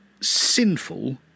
sinful